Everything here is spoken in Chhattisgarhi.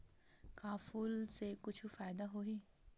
का फूल से कुछु फ़ायदा होही?